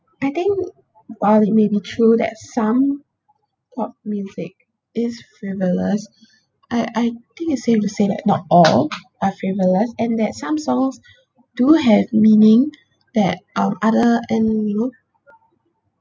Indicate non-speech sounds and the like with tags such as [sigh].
I think while it may be true that some pop music is frivolous [breath] I I think it's safe to say that not all are frivolous and that some songs do have meaning that um other and you know